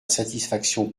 satisfaction